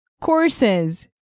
courses